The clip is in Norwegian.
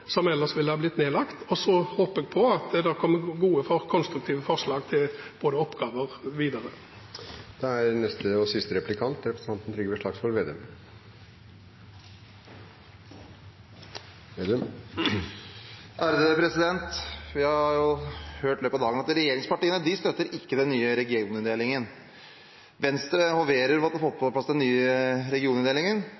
som ellers ville ha blitt nedlagt. Så håper jeg at det kommer gode konstruktive forslag til oppgaver videre. Vi har hørt i løpet av dagen at regjeringspartiene ikke støtter den nye regioninndelingen. Venstre hoverer over at de